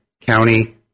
county